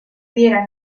diera